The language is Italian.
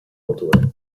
motore